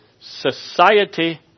Society